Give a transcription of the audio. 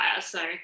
So-